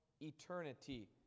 eternity